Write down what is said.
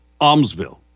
Almsville